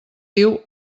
diu